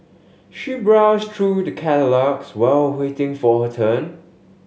she browsed through the catalogues while waiting for her turn